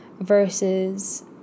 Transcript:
versus